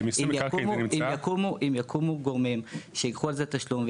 אם יקומו גורמים שייקחו על זה תשלום,